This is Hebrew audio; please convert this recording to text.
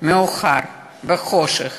אחריה,